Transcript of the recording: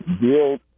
build